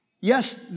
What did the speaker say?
Yes